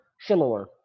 similar